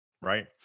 right